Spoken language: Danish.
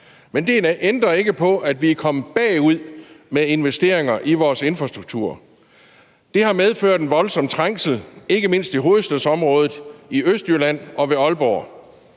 men det ændrer ikke på, at vi er kommet bagud med investeringer i vores infrastruktur. Det har medført en voldsom trængsel, ikke mindst i hovedstadsområdet, i Østjylland og ved Aalborg.